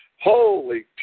holy